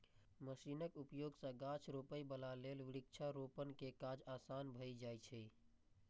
मशीनक उपयोग सं गाछ रोपै बला लेल वृक्षारोपण के काज आसान भए जाइ छै